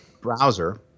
browser